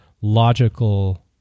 logical